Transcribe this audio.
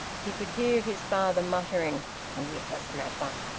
he could hear his father muttering whipper-snapper!